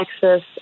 Texas